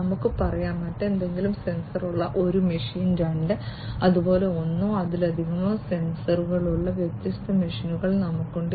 നമുക്ക് പറയാം മറ്റെന്തെങ്കിലും സെൻസറുള്ള ഒരു മെഷീൻ 2 അതുപോലെ ഒന്നോ അതിലധികമോ സെൻസറുകളുള്ള വ്യത്യസ്ത മെഷീനുകൾ നമുക്കുണ്ട്